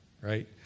right